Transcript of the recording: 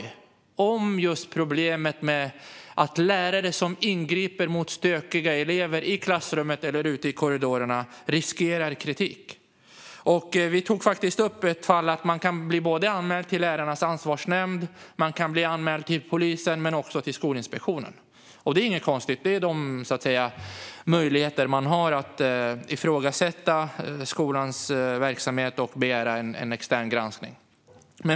Den handlade just om problemet med att lärare som ingriper mot stökiga elever i klassrummet eller ute i korridorerna riskerar kritik. Vi tog upp ett fall som visade att man kan bli anmäld till såväl Lärarnas ansvarsnämnd som polisen och Skolinspektionen. Det är inget konstigt; det är de möjligheter som finns om man vill ifrågasätta skolans verksamhet och få en extern granskning.